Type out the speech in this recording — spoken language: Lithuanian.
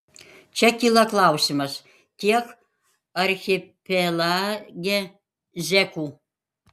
čia kyla klausimas kiek archipelage zekų